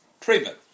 Treatment